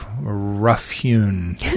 rough-hewn